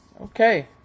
Okay